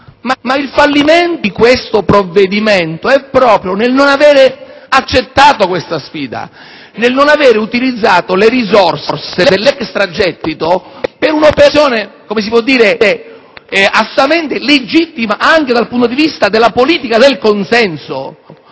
Ma il fallimento di questo provvedimento è proprio nel non avere accettato questa sfida, nel non aver utilizzato le risorse dell'extragettito per un'operazione legittima anche dal punto di vista della politica del consenso: